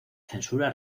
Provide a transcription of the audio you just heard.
censura